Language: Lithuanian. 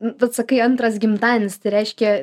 vat sakai antras gimtadienis tai reiškia